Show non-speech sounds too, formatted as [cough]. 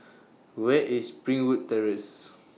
Where IS Springwood Terrace [noise]